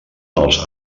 els